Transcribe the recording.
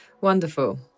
wonderful